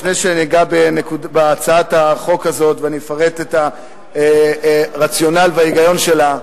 לפני שניגע בהצעת החוק הזאת ואני אפרט את הרציונל וההיגיון שלה,